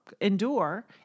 endure